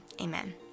amen